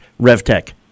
revtech